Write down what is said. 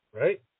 right